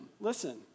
Listen